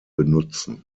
benutzen